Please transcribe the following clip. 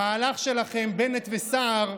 המהלך שלכם, בנט וסער,